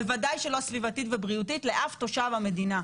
בוודאי שלא סביבתית ובריאותית לאף תושב המדינה,